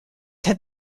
have